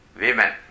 women